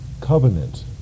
covenant